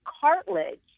cartilage